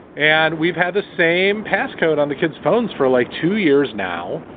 and we've had the same passcode on the kids phones for like two years now.